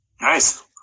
Nice